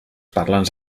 parlants